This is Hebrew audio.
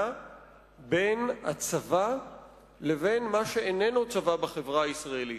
בין הצבא לבין מה שאיננו צבא בחברה הישראלית.